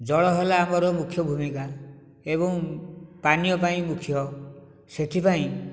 ଜଳ ହେଲା ଆମର ମୁଖ୍ୟ ଭୂମିକା ଏବଂ ପାନୀୟ ପାଇଁ ମୁଖ୍ୟ ସେଥିପାଇଁ